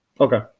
Okay